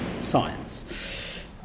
science